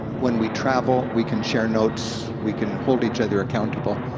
when we travel we can share notes, we can hold each other accountable,